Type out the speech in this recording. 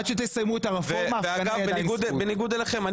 בניגוד אליכם,